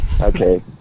Okay